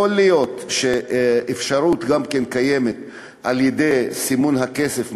יכול להיות שקיימת אפשרות גם על-ידי סימון הכסף,